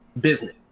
business